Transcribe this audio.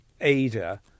Ada